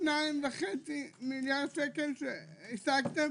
2.5 מיליארד שקל שהשגתם.